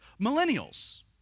millennials